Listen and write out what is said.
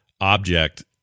object